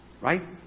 Right